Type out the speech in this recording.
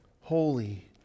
holy